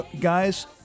Guys